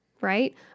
right